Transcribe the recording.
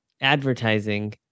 advertising